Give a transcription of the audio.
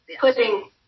putting